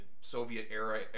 Soviet-era